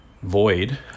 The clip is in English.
void